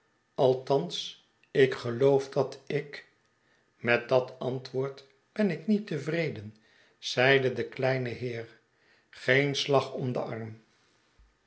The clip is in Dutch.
althans ik geloof dat ik f met dat antwoord ben ik niet tevreden zeide de kleine heer geen slag om den arm